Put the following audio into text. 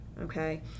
okay